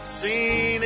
seen